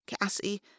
Cassie